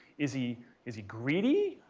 is he, is he greedy?